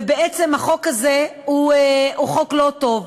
ובעצם החוק הזה הוא חוק לא טוב.